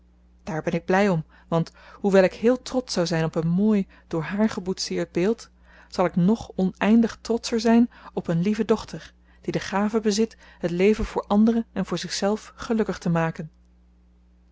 daar ben ik blij om want hoewel ik heel trotsch zou zijn op een mooi door haar geboetseerd beeld zal ik nog oneindig trotscher zijn op een lieve dochter die de gave bezit het leven voor anderen en voor zichzelf gelukkig te maken